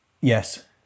Yes